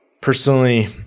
personally